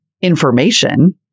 information